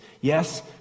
Yes